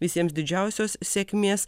visiems didžiausios sėkmės